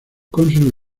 cónsules